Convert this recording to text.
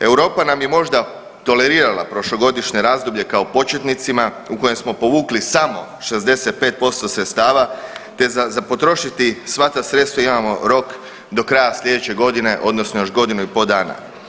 Europa nam je možda tolerirala prošlogodišnje razdoblje kao početnicima u kojem smo povukli samo 65% sredstava te za potrošiti sva ta sredstva imamo rok do kraja sljedeće godine odnosno još godinu i pol dana.